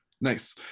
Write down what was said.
Nice